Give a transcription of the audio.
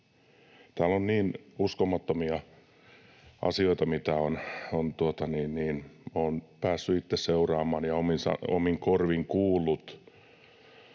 Täällä on niin uskomattomia asioita, mitä olen päässyt itse seuraamaan ja omin korvin kuullut.